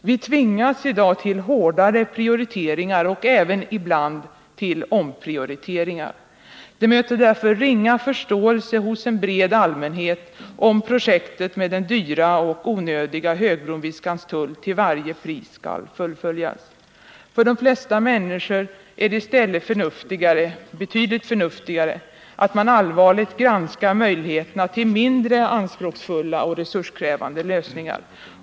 Vi tvingas i dag till hårdare prioriteringar och även — ibland — till omprioriteringar. Det möter därför ringa förståelse hos en bred allmänhet om projektet med den dyra och onödiga högbron vid Skanstull till varje pris skall fullföljas. För de flesta människor är det i stället betydligt förnuftigare att man allvarligt granskar möjligheterna till mindre anspråksfulla och resurskrävande lösningar.